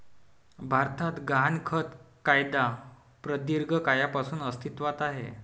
भारतात गहाणखत कायदा प्रदीर्घ काळापासून अस्तित्वात आहे